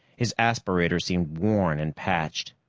his aspirator seemed worn and patched,